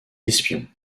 espions